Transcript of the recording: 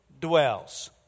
dwells